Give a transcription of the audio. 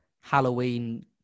Halloween